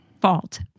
fault